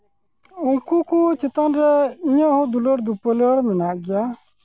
ᱩᱱᱠᱩ ᱠᱚ ᱪᱮᱛᱟᱱ ᱨᱮ ᱤᱧᱟᱹᱜ ᱦᱚᱸ ᱫᱩᱞᱟᱹᱲᱼᱫᱩᱯᱞᱟᱹᱲ ᱢᱮᱱᱟᱜ ᱜᱮᱭᱟ